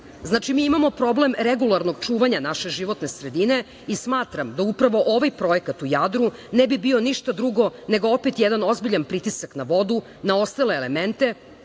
mi imamo problem regularnog čuvanja naše životne sredine i smatram da upravo ovaj projekat u Jadru ne bi bio ništa drugo nego opet jedan ozbiljan pritisak na vodu, na ostale elemente,